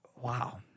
Wow